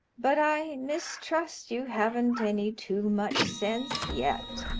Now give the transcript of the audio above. but i mistrust you haven't any too much sense yet.